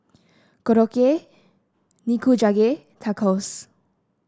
Korokke Nikujaga Tacos